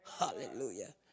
Hallelujah